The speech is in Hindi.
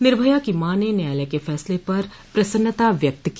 निर्भया की मॉ ने न्यायालय के फैसले पर प्रसन्नता व्यक्त की